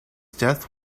death